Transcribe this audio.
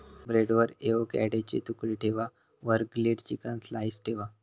ब्रेडवर एवोकॅडोचे तुकडे ठेवा वर ग्रील्ड चिकन स्लाइस ठेवा